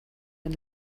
man